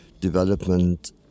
development